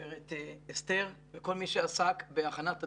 גברת אסתר וכל מי שעסק בהכנת הדוח.